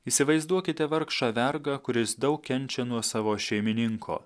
įsivaizduokite vargšą vergą kuris daug kenčia nuo savo šeimininko